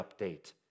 update